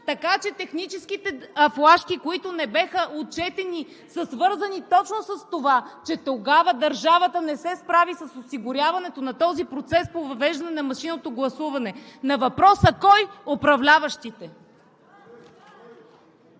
Така че технически флашки, които не бяха отчетени, са свързани точно с това, че тогава държавата не се справи с осигуряването на този процес по въвеждане на машинното гласуване! На въпроса „Кой?“ – управляващите!